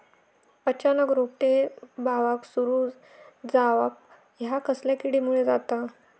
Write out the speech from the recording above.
अचानक रोपटे बावाक सुरू जवाप हया कसल्या किडीमुळे जाता?